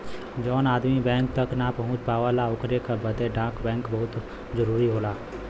जौन आदमी बैंक तक ना पहुंच पावला ओकरे बदे डाक बैंक बहुत जरूरी होला